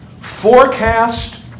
forecast